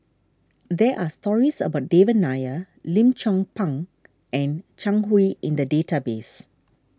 there are stories about Devan Nair Lim Chong Pang and Zhang Hui in the database